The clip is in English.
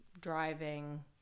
driving